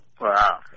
Wow